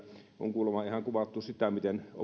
on kuulemma ihan kuvattu sitä miten